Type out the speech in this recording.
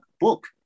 book